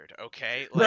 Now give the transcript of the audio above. okay